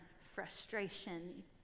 frustration